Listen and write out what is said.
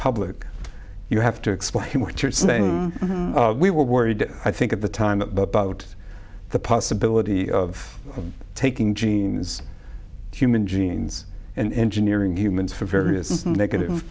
public you have to explain what you're saying we were worried i think at the time about the possibility of them taking genes human genes and engineering humans for various negative